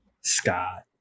Scott